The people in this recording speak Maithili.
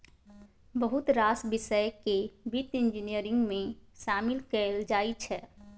बहुत रास बिषय केँ बित्त इंजीनियरिंग मे शामिल कएल जाइ छै